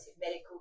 medical